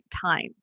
time